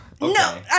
No